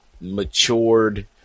matured